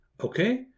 okay